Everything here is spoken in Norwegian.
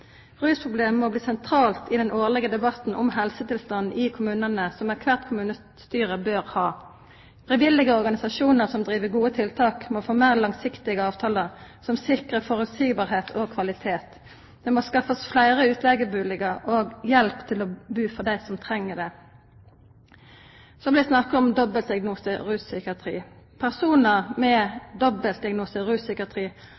må bli sentralt i den årlige debatten om helsetilstanden i kommunene, som ethvert kommunestyre bør ha. Frivillige organisasjoner som driver gode tiltak, må få mer langsiktige avtaler som sikrer forutsigbarhet og kvalitet. Det må skaffes flere utleieboliger og hjelp til å bo for dem som trenger det. Så vil jeg snakke om dobbeltdiagnose rus og psykiatri. Personer med dobbeltdiagnose rus og psykiatri